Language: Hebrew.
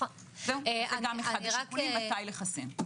זה גם אחד השיקולים מתי לחסן.